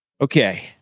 Okay